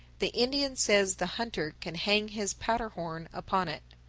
the indian says the hunter can hang his powder-horn upon it.